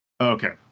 okay